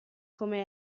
come